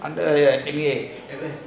under N_U_A